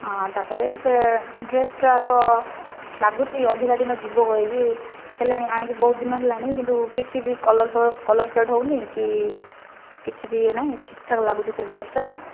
ହଁ ତା' ପରେ ସେ ଡ୍ରେସ୍ଟା ତ ଲାଗୁଛି ଅଧିକ ଦିନ ଯିବ କହିକି ହେଲାଣି ଆଣିକି ବହୁତ ଦିନ ହେଲାଣି କିନ୍ତୁ କିଛି ବି କଲର ଫଲର କଲର ଫେଡ୍ ହେଉନାହିଁ କି କିଛି ବି ଇଏ ନାହିଁ ଠିକ୍ଠାକ୍ ଲାଗୁଛି ସେ ଡ୍ରେସ୍ଟା